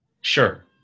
Sure